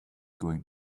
going